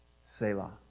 Selah